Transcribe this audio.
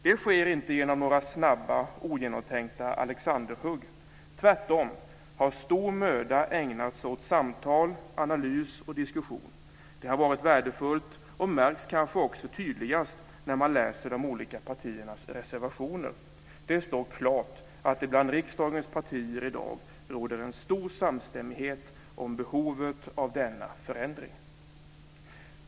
Det sker inte genom några snabba ogenomtänkta Alexanderhugg. Tvärtom har stor möda ägnats åt samtal, analys och diskussion. Det har varit värdefullt och märks kanske också tydligast när man läser de olika partiernas reservationer. Det står klart att det bland riksdagens partier i dag råder en stor samstämmighet om behovet av denna förändring.